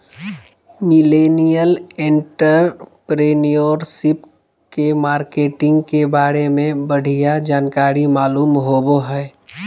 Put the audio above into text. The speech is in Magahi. मिलेनियल एंटरप्रेन्योरशिप के मार्केटिंग के बारे में बढ़िया जानकारी मालूम होबो हय